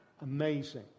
amazing